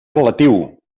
relatiu